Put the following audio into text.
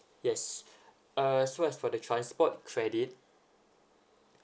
yes uh so as for the transport credit